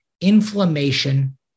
inflammation